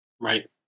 Right